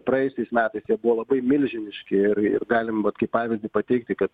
praėjusiais metais jie buvo labai milžiniški ir ir galim vat kaip pavyzdį pateikti kad